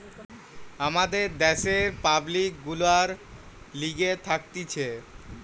আমাদের দ্যাশের পাবলিক গুলার লিগে থাকতিছে